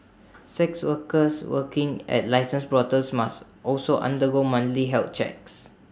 sex workers working at licensed brothels must also undergo monthly health checks